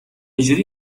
جوری